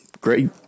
Great